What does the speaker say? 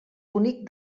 bonic